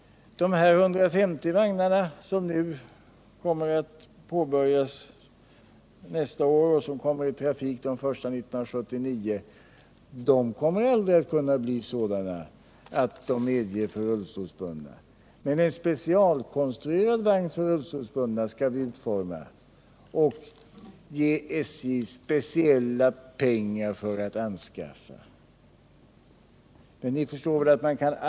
De aktuella 150 vagnarna, som kommer att påbörjas nästa år och varav de första skall vara i trafik 1979, kommer aldrig att kunna användas av rullstolsbundna. Men vi skall utforma en specialkonstruerad vagn för rullstolsbundna, och vi skall ge SJ speciella pengar för att anskaffa sådana vagnar.